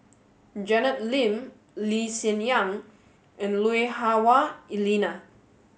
Janet Lim Lee Hsien Yang and Lui Hah Wah Elena